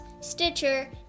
Stitcher